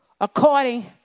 according